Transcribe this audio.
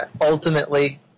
Ultimately